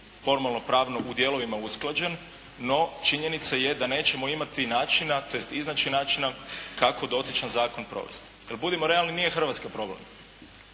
formalno pravno u dijelovima usklađen, no činjenica je da nećemo imati načina, tj. iznaći načina kako dotičan zakon provesti. Jer, budimo realni, nije Hrvatska problem.